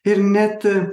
ir net